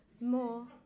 More